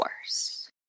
worse